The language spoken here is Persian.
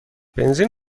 بنزین